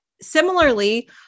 similarly